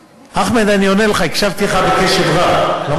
אחמד, אני עונה לך, הקשבתי לך קשב רב.